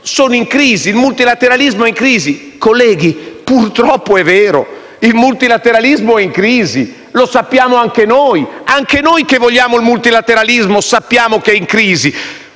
sono in crisi e che il multilateralismo è in crisi. Colleghi, purtroppo è vero: il multilateralismo è in crisi e lo sappiamo anche noi. Anche noi che vogliamo il multilateralismo sappiamo che è in crisi,